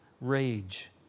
rage